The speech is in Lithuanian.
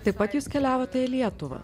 taip pat jūs keliavote į lietuvą